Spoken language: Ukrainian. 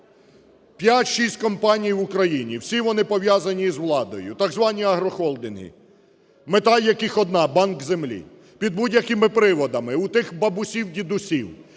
П'ять-шість компаній в Україні, всі вони пов'язані із владою, так звані агрохолдинги, мета яких одна: банк землі. Під будь-якими приводами у тих бабусів, дідусів